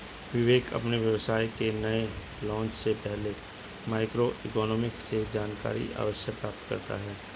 विवेक अपने व्यवसाय के नए लॉन्च से पहले माइक्रो इकोनॉमिक्स से जानकारी अवश्य प्राप्त करता है